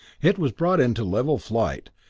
it was brought into level flight,